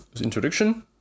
introduction